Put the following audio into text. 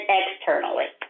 externally